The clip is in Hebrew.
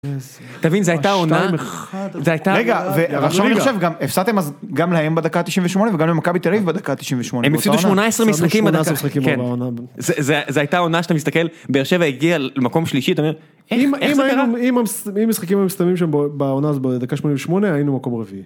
תבין זה הייתה עונה... שתיים אחד... זה הייתה... רגע... ירדנו ליגה... עכשיו אני חושב גם, הפסדתם אז גם להם בדקה ה-98 וגם למכבי תל אביב בדקה ה-98. הם הפסידו 18 משחקים בדקה ה-98. זה הייתה עונה שאתה מסתכל, באר שבע הגיעה למקום שלישי, אתה אומר "איך זה קרה?" אם היינו... אם... אם המשחקים היו מסתיימים שם בעונה הזו בדקה ה-88 היינו מקום רביעי